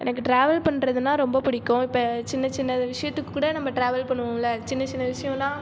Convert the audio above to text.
எனக்கு ட்ராவல் பண்ணுறதுன்னா ரொம்ப பிடிக்கும் இப்போ சின்ன சின்ன விஷயத்துக்கு கூட நம்ம ட்ராவல் பண்ணுவோம்ல சின்ன சின்ன விஷயம்னா